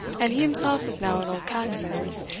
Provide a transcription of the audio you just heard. and he himself is now at old caxon's,